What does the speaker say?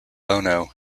bono